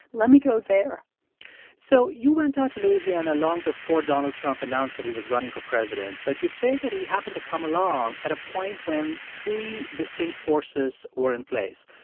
let me go there so you went out to louisiana long before donald trump announced that he was running for president, but you say that he happened to come along at a point when three distinct forces were in place.